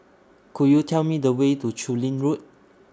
Could YOU Tell Me The Way to Chu Lin Road